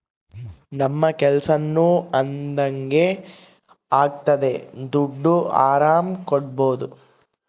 ನಮ್ ಕೆಲ್ಸನೂ ಅದಂಗೆ ಆಗ್ತದೆ ದುಡ್ಡು ಆರಾಮ್ ಕಟ್ಬೋದೂ